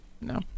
No